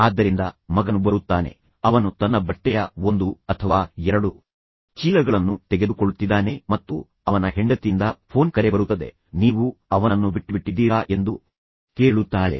ಆದ್ದರಿಂದ ಮಗನು ಬರುತ್ತಾನೆ ಮತ್ತು ನಂತರ ಅವನು ತನ್ನ ಬಟ್ಟೆಯ ಒಂದು ಅಥವಾ ಎರಡು ಚೀಲಗಳನ್ನು ತೆಗೆದುಕೊಳ್ಳುತ್ತಿದ್ದಾನೆ ಮತ್ತು ಅವನ ಹೆಂಡತಿಯಿಂದ ಫೋನ್ ಕರೆ ಬರುತ್ತದೆ ನೀವು ಅವನನ್ನು ಬಿಟ್ಟುಬಿಟ್ಟಿದ್ದೀರಾ ಎಂದು ಕೇಳುತ್ತಾಳೆ